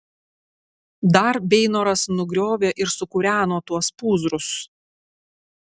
dar beinoras nugriovė ir sukūreno tuos pūzrus